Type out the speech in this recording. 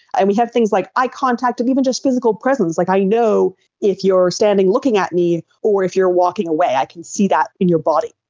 we have things like eye contact and even just physical presence. like, i know if you're standing looking at me or if you're walking away, i can see that in your body.